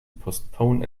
postpone